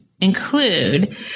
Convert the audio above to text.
include